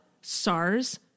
SARS